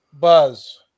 Buzz